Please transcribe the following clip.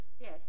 Yes